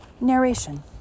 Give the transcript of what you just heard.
Narration